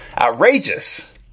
Outrageous